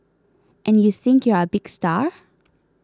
and you think you're a big star